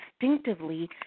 instinctively